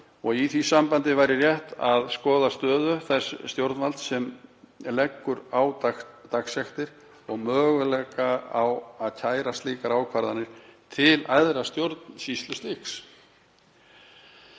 og í því sambandi væri rétt að skoða stöðu þess stjórnvalds sem leggur á dagsektir og möguleika á að kæra slíkar ákvarðanir til æðra stjórnsýslustigs.